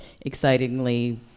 excitingly